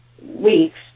weeks